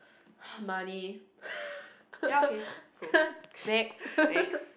money next